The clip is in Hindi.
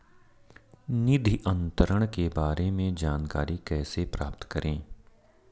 निधि अंतरण के बारे में जानकारी कैसे प्राप्त करें?